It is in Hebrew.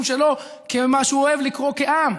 שלו כְּמה שהוא אוהב לקרוא לו עם.